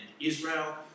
Israel